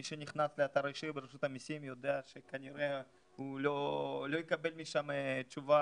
מי שנכנס לאתר האישי ברשות המסים יודע שכנראה הוא לא יקבל משם תשובה.